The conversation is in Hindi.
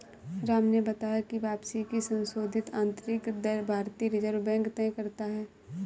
राम ने बताया की वापसी की संशोधित आंतरिक दर भारतीय रिजर्व बैंक तय करता है